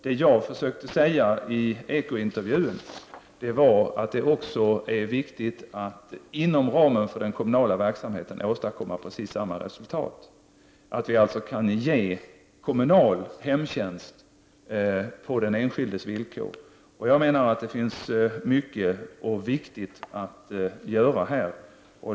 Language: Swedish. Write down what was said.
Det jag försökte säga i Ekointervjun var att det också är viktigt att inom ramen för den kommunala verksamheten åstadkomma precis samma resultat, att ge kommunal hemtjänst på den enskildes villkor. Jag menar att det finns mycket som är viktigt att göra här.